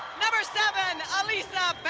number seven, alisa